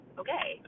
okay